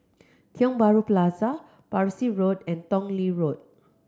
Tiong Bahru Plaza Parsi Road and Tong Lee Road